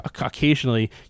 occasionally